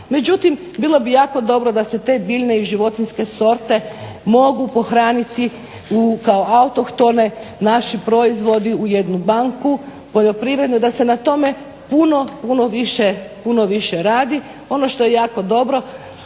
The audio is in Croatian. Međutim, bilo bi jako dobro da se te biljne i životinjske sorte mogu pohraniti kao autohtone, naši proizvodi u jednu banku poljoprivrednu i da se na tome puno, puno više radi. Ono što je jako dobro